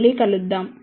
మళ్లీ కలుద్దాం